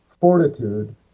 fortitude